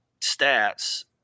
stats